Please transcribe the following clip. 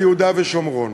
ליהודה ושומרון,